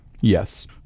Yes